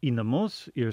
į namus ir